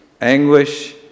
anguish